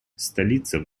столица